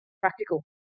practical